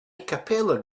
capella